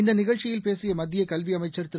இந்த நிகழ்ச்சியில் பேசிய மத்திய கல்வி அமைச்சர் திரு